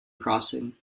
crossing